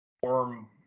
form